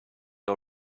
all